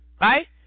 right